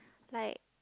like